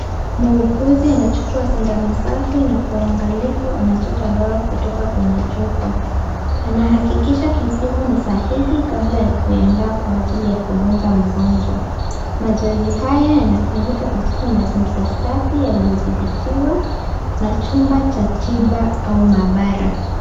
Muuguzi anachukua sindano safi na kwa uangalifu anachota dawa kutoka kwenye chupa. Anahakikisha kipimo ni sahihi kabla ya kuaindaa kwa ajili ya kudunga mgonjwa. Mazoezi haya yanafanyika katika mazingira safi yaliyodhibitiwa na chumba cha tiba au maabara.